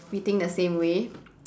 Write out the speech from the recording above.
we think the same way